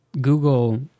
Google